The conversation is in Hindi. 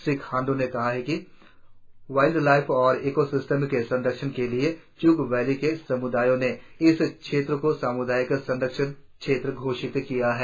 श्री खाण्ड्र ने कहा है कि वाईल्ड लाइफ और इको सिस्टम के संरक्षण के लिए च्ग वैली के सम्दायों ने इस क्षेत्र को साम्दायिक संरक्षण क्षेत्र घोषित किया है